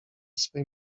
swej